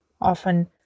often